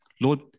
lord